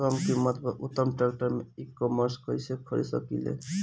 कम कीमत पर उत्तम ट्रैक्टर ई कॉमर्स से कइसे खरीद सकिले?